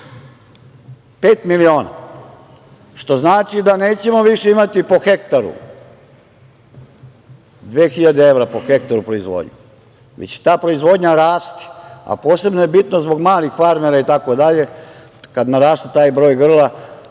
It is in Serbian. miliona, što znači da nećemo više imati 2.000 evra po hektaru proizvodnje, već će ta proizvodnja rasti, a posebno je bitno zbog malih farmera itd, kad naraste taj broj grla,